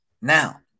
now